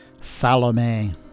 Salome